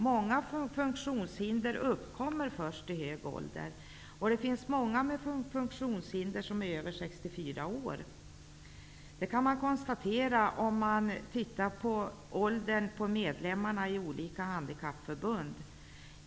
Många funktionshinder uppkommer först i högre ålder. Att det finns många med funktionshinder som är över 64 år kan man konstatera när man ser till åldern på medlemmarna i olika handikappförbund.